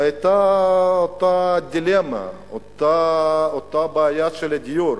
היתה אותה דילמה, אותה בעיה של דיור,